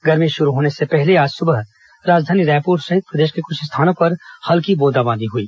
गर्मी शुरू होने से पहले आज सुबह राजधानी रायपुर सहित प्रदेश के कुछ स्थानों पर हल्की बूंदाबांदी हुई